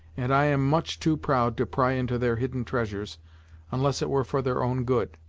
and i am much too proud to pry into their hidden treasures unless it were for their own good.